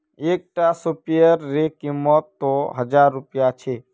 एक टा स्पीयर रे कीमत त हजार रुपया छे